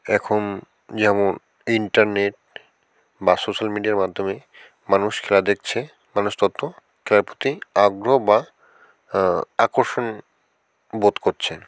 এখন যেমন ইন্টারনেট বা সোশ্যাল মিডিয়ার মাধ্যমে মানুষ খেলা দেখছে মানুষ ততো খেলার প্রতি আগ্রহ বা আকর্ষণ বোধ করচ্ছেন